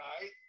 right